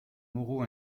moreau